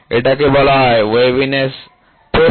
এটাকে বলা হয় ওয়েভিনেস প্রস্থ